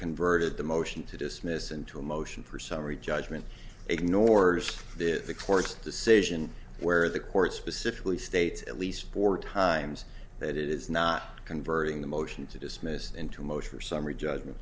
converted the motion to dismiss into a motion for summary judgment ignores the court's decision where the court specifically states at least four times that it is not converting the motion to dismiss into motion for summary j